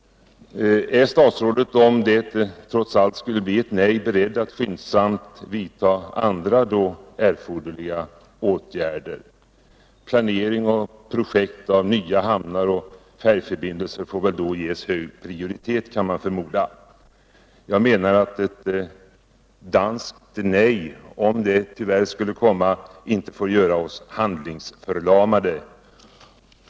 Är statsrådet, om det trots allt skulle bli ett nej, beredd att skyndsamt vidta andra, då erforderliga åtgärder? Planering och projektering av nya hamnar och färjeförbindelser får då ges hög prioritet, kan man förmoda. Jag menar att ett danskt nej, om det skulle komma, inte får göra oss hand lingsförlamade.